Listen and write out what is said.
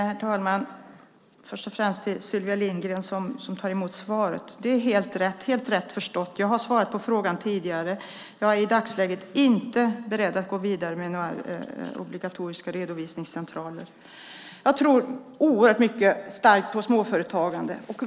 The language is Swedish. Herr talman! Först och främst vill jag säga till Sylvia Lindgren, som tar emot svaret, att det är helt rätt förstått. Jag har svarat på frågan tidigare. Jag är i dagsläget inte beredd att gå vidare med några obligatoriska redovisningscentraler. Jag tror oerhört starkt på småföretagande.